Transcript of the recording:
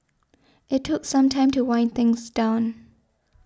it took some time to wind things down